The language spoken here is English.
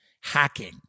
hacking